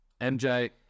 MJ